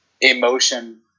emotion